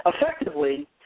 Effectively